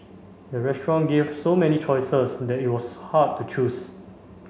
the restaurant gave so many choices that it was hard to choose